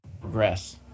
progress